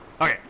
Okay